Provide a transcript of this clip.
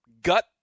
gut